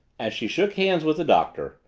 as she shook hands with the doctor,